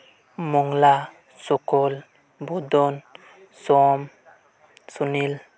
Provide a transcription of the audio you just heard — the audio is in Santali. ᱢᱚᱸᱜᱞᱟ ᱥᱩᱠᱚᱞ ᱵᱩᱫᱚᱱ ᱥᱚᱢ ᱥᱩᱱᱤᱞ